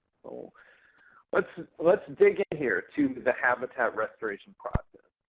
so let's let's dig in here to the habitat restoration process.